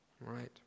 right